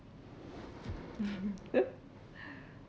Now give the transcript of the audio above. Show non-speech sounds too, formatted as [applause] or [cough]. [laughs]